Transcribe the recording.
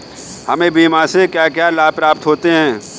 हमें बीमा से क्या क्या लाभ प्राप्त होते हैं?